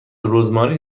رزماری